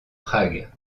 prague